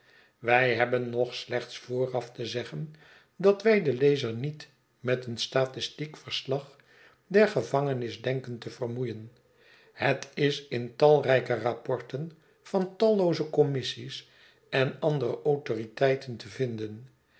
wij hebben nog slechts vooraf te zeggen dat wij den lezer niet met een statistiek verslag der gevangenis denken te vermoeien het is in talrijke rapporten van tallooze commissies en andere autoriteiten te vinden